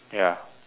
ya